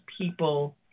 people